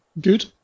Good